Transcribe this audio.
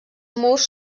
murs